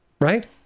Right